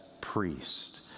priest